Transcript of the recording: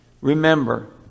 remember